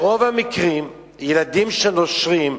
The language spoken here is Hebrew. ברוב המקרים ילדים שנושרים,